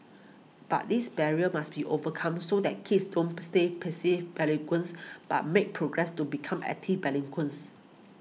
but this barrier must be overcome so that kids don't stay passive bilinguals but make progress to become active bilinguals